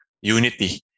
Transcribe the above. unity